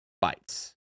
bites